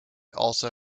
also